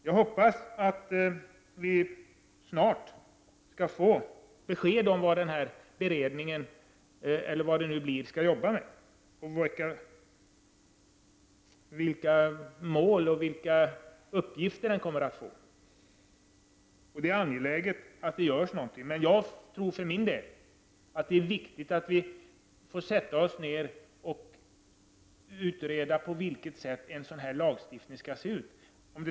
Jag hoppas att vi snart skall få besked om vad denna beredning, eller vad det nu blir, skall arbeta med och vilka mål den kommer att få. Det är angeläget att någonting görs. Jag tror för min del att det är viktigt att vi utreder på vilket sätt en lagstiftning skall se ut.